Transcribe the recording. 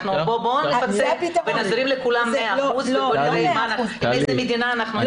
בואו נזרים לכולם 100% ונראה עם איזו מדינה נישאר.